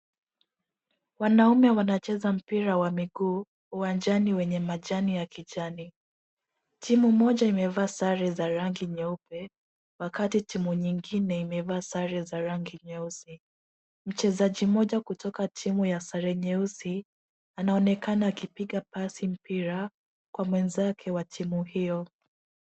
Wanaume wanacheza mpira wa miguu uwanjani wenye majani ya kijani. Timu moja imevaa sare za rangi nyeupe wakati timu nyingine imevaa sare za rangi nyeusi. Mchezaji mmoja kutoka timu ya sare nyeusi anaonekana akipiga pasi mpira kwa mwenzake wa timu hiyo.